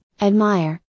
Admire